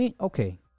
Okay